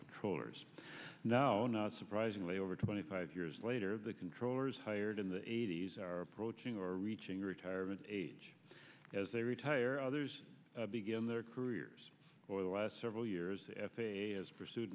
controllers know not surprisingly over twenty five years later the controllers hired in the eighty's are approaching or reaching retirement age as they retire others begin their careers for the last several years has pursued